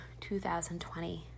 2020